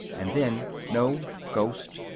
and then, no. ghost.